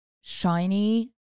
Shiny